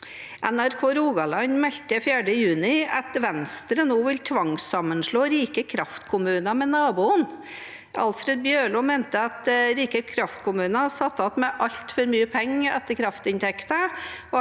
NRK Rogaland meldte 4. juni at Venstre nå vil tvangssammenslå rike kraftkommuner med naboen. Alfred Bjørlo mente at rike kraftkommuner satt igjen med altfor mye penger etter kraftinntekter,